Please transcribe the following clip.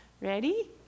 Ready